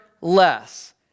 less